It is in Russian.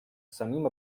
самим